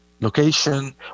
location